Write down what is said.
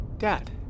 Dad